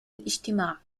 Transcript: الإجتماع